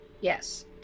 Yes